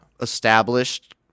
established